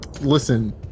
Listen